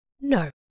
No